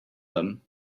them